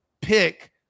pick